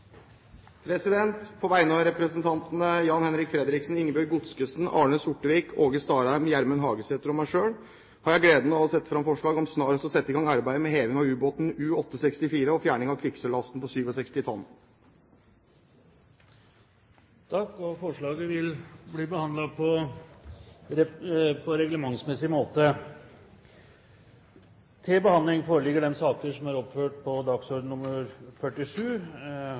representantforslag. På vegne av representantene Jan-Henrik Fredriksen, Ingebjørg Godskesen, Arne Sortevik, Åge Starheim, Gjermund Hagesæter og meg selv har jeg gleden av å sette fram forslag om snarest å sette i gang arbeid med heving av ubåten U-864 og fjerning av kvikksølvlasten på 67 tonn. Forslaget vil bli behandlet på reglementsmessig måte. Stortinget mottok mandag meddelelse fra Statsministerens kontor om at statsrådene Magnhild Meltveit Kleppa, Rigmor Aasrud og Hanne Inger Bjurstrøm vil møte til muntlig spørretime. De annonserte regjeringsmedlemmene er